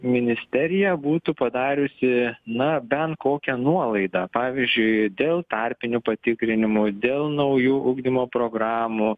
ministerija būtų padariusi na bent kokią nuolaidą pavyzdžiui dėl tarpinių patikrinimų dėl naujų ugdymo programų